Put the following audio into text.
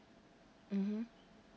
mmhmm